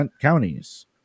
counties